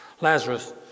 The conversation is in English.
Lazarus